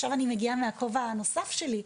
עכשיו אני מגיעה מהכובע הנוסף שלי,